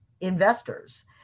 investors